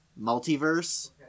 multiverse